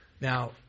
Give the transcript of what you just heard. now